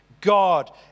God